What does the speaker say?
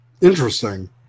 Interesting